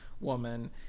woman